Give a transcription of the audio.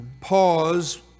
pause